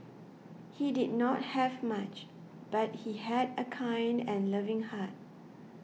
he did not have much but he had a kind and loving heart